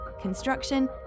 construction